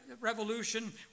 Revolution